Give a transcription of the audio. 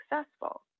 successful